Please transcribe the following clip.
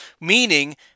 meaning